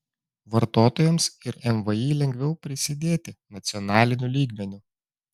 vartotojams ir mvį lengviau prisidėti nacionaliniu lygmeniu